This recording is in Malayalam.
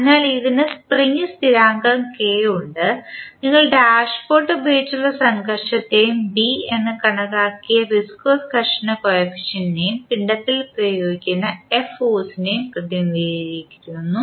അതിനാൽ ഇതിന് സ്പ്രിംഗ് സ്ഥിരാങ്കം K ഉണ്ട് നിങ്ങൾ ഡാഷ്പോട്ട് ഉപയോഗിച്ചുള്ള സംഘർഷത്തെയും ബി എന്ന് കണക്കാക്കിയ വിസ്കോസ് ഘർഷണ കോയഫിഷ്യന്റ്ന്റിനെയും പിണ്ഡത്തിൽ പ്രയോഗിക്കുന്ന എഫ് ഫോഴ്സിനെയും പ്രതിനിധീകരിക്കുന്നു